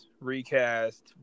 recast